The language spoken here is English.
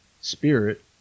spirit